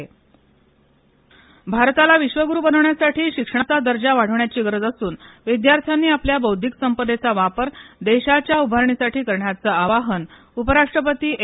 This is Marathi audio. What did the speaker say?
उपराष्टपती भारताला विश्वग्रु बनवण्यासाठी शिक्षणाचा दर्जा वाढवण्याची गरज असुन विद्यार्थ्यांनी आपल्या बौद्धिक संपदेचा वापर देशाच्या उभारणीसाठी करण्याचं आवाहन उपराष्ट्रपती एम